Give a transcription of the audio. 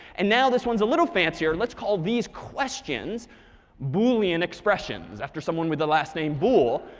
and now this one's a little fancier. let's call these questions boolean expressions, after someone with a last name bool.